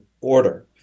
order